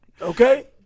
Okay